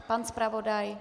Pan zpravodaj?